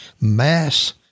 mass